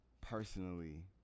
personally